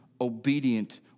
obedient